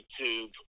YouTube